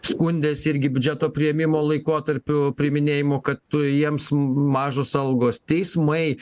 skundėsi irgi biudžeto priėmimo laikotarpiu priiminėjimu kad jiems mažos algos teismai